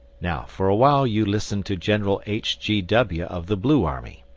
now for a while you listen to general h. g. w, of the blue army.